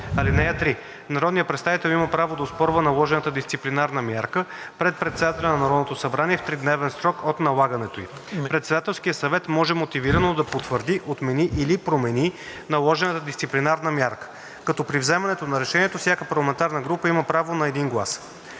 (3) Народният представител има право да оспорва наложената дисциплинарна мярка пред председателя на Народното събрание в тридневен срок от налагането ѝ. Председателският съвет може мотивирано да потвърди, отмени или промени наложената дисциплинарна мярка, като при вземането на решението всяка парламентарна група има право на един глас.“